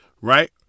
Right